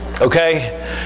Okay